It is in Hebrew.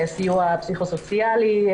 סיוע פסיכו סוציאלי,